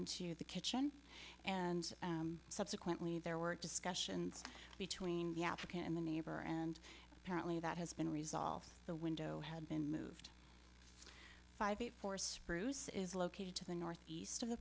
into the kitchen and subsequently there were discussions between the applicant and the neighbor and apparently that has been resolved the window had been moved five four spruce is located to the northeast of the